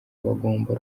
bagomba